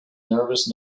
nervous